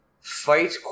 fight